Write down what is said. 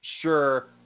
sure